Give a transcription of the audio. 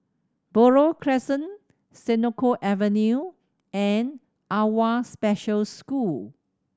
Buroh Crescent Senoko Avenue and AWWA Special School